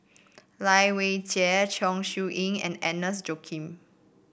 Lai Weijie Chong Siew Ying and Agnes Joaquim